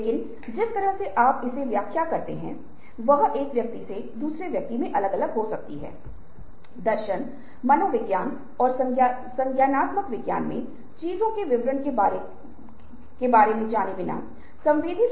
और यही कारण है कि रचनात्मक लोग दुर्लभ हैं और रचनात्मकता यह नए और मूल विचारों का उत्पादन है